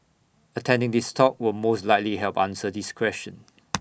attending this talk will most likely help answer this question